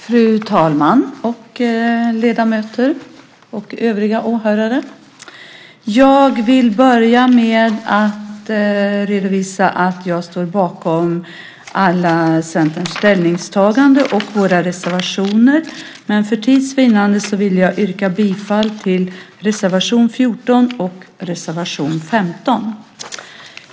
Fru talman! Ledamöter och övriga åhörare! Jag vill börja med att redovisa att jag står bakom alla Centerns ställningstaganden och reservationer, men för tids vinnande vill jag yrka bifall till reservation 14 och reservation 15.